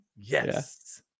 Yes